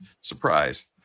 surprise